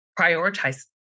prioritize